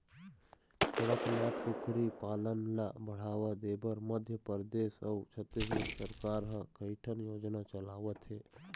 कड़कनाथ कुकरी पालन ल बढ़ावा देबर मध्य परदेस अउ छत्तीसगढ़ सरकार ह कइठन योजना चलावत हे